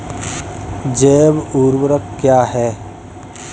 जैव ऊर्वक क्या है?